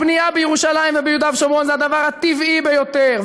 הבנייה בירושלים וביהודה ושומרון זה הדבר הטבעי ביותר.